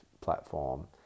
platform